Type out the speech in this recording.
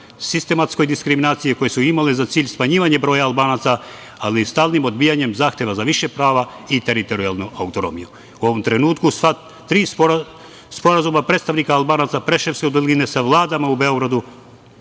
sistematskoj diskriminaciji koje su imale za cilj smanjivanje broja Albanaca, ali stalnim odbijanjem zahteva za više prava i teritorijalnu autonomiju. U ovom trenutku sva tri sporazuma predstavnika Albanaca Preševske doline sa vladama u Beogradu